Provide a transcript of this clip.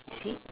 you see